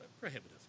prohibitive